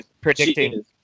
predicting